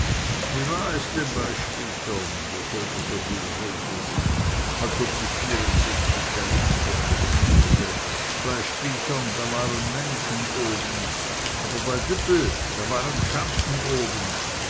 wie war es denn bei spichern wovon du soviel redst als ob sich vierundsechzig daneben verstecken müßte bei spichern da waren menschen oben aber bei düppel da waren schanzen oben